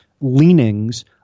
leanings